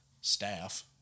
staff